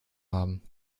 haben